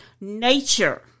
nature